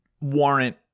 Warrant